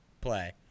play